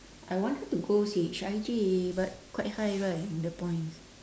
I wanted to go C_H_I_J but quite high right the points